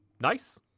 nice